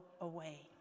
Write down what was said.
away